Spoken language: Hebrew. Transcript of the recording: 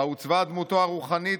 בה עוצבה דמותו הרוחנית,